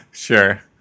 Sure